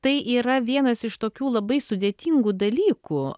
tai yra vienas iš tokių labai sudėtingų dalykų